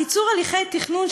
קיצור הליכי התכנון,